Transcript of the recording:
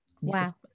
Wow